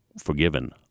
forgiven